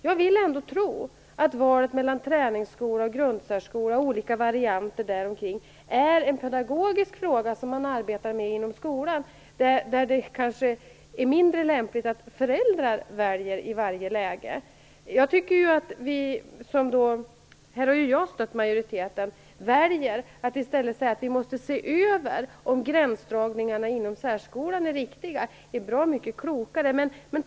Jag vill ändå tro att valet mellan träningsskola, grundsärskola och olika varianter av dessa är en pedagogisk fråga som man arbetar med inom skolan. Där är det kanske mindre lämpligt att föräldrar väljer i varje läge. Här har ju jag stött majoriteten. Vi väljer i stället att säga att vi måste se över om gränsdragningarna inom särskolan är riktiga, och det tycker jag är bra mycket klokare.